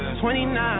29